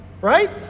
right